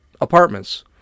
apartments